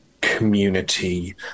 community